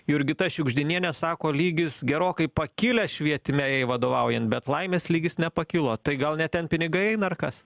jurgita šiugždinienė sako lygis gerokai pakilęs švietime jai vadovaujant bet laimės lygis nepakilo tai gal ne ten pinigai eina ar kas